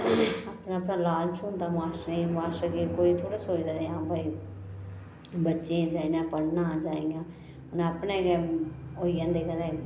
अपना अपना लालच होंदा मास्टरें गी मास्टर कोई थोह्ड़ी सोचदा कि हां भई बच्चें गी ते इन्ने पढ़ना जां इ'यां उ'नें अपने गै होई जंदे कदें